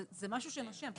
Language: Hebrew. זה משהו שנושם.